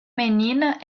menina